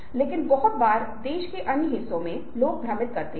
आपके लिए उपलब्ध विभिन्न प्रकार की जानकारी भी आपको मनाने के लिए प्रबंधित करती है